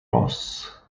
ross